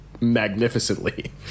Magnificently